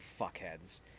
fuckheads